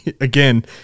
again